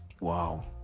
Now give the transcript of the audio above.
Wow